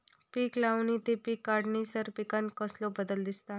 पीक लावणी ते पीक काढीसर पिकांत कसलो बदल दिसता?